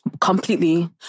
Completely